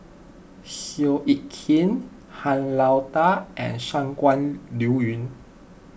Seow Yit Kin Han Lao Da and Shangguan Liuyun